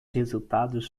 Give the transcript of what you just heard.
resultados